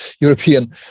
European